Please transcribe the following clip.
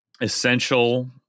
essential